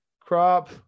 Crop